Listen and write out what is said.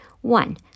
One